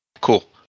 cool